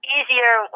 easier